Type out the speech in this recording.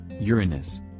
Uranus